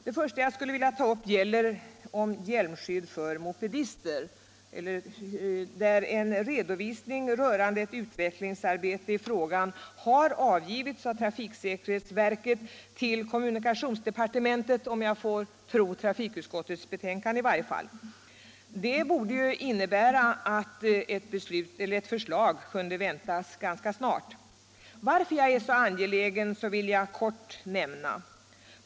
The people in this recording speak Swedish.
Den första motionen gäller skyddshjälm för mopedister. Enligt vad utskottet skriver har trafiksäkerhetsverket nyligen till kommunikationsdepartementet avgivit redovisning av ett utvecklingsarbete i denna fråga. Det borde innebära att ett förslag kunde väntas ganska snart. Anledningen till att jag ändå tar upp frågan nu vill jag kort nämna.